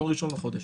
בכל ראשון לחודש.